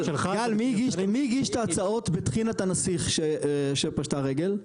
מי הגיש את ההצעות בטחינת הנסיך שפשטה רגל?